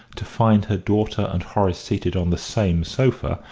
to find her daughter and horace seated on the same sofa,